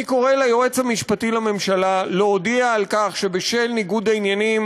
אני קורא ליועץ המשפטי לממשלה להודיע שבשל ניגוד העניינים